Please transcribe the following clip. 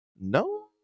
No